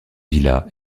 villa